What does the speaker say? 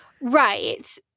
Right